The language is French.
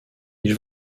ils